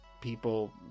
people